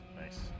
Nice